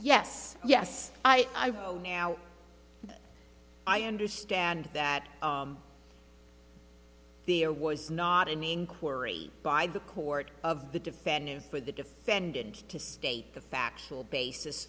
yes yes i know now i understand that there was not an inquiry by the court of the defendant for the defendant to state the factual basis